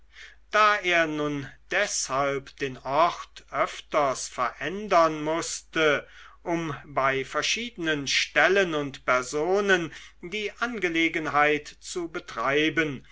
da er nun deshalb den ort öfters verändern mußte um bei verschiedenen stellen und personen die angelegenheit zu betreiben